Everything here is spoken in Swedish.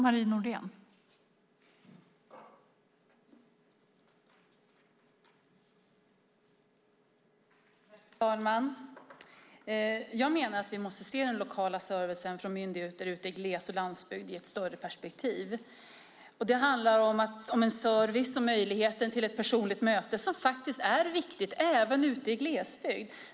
Fru talman! Jag menar att vi måste se den lokala servicen från myndigheter ute i gles och landsbygd i ett större perspektiv. Det handlar om att service och möjligheten till ett personligt möte är viktigt även ute i glesbygden.